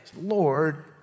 Lord